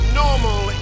normal